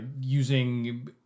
using